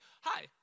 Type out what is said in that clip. hi